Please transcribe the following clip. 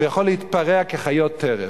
הוא יכול להתפרע כחיות טרף.